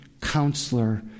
counselor